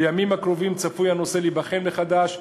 בימים הקרובים צפוי הנושא להיבחן מחדש,